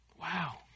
Wow